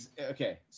okay